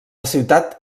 ciutat